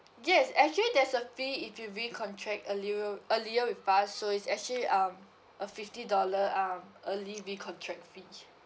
yes actually there's a fee if you recontract earlier earlier with us so it's actually um a fifty dollar um early recontract fee